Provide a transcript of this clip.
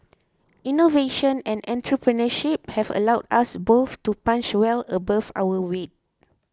innovation and entrepreneurship have allowed us both to punch well above our weight